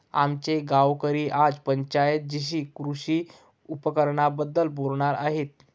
आमचे गावकरी आज पंचायत जीशी कृषी उपकरणांबद्दल बोलणार आहेत